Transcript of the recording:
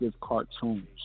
cartoons